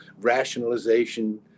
rationalization